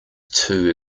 too